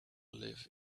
live